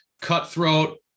cutthroat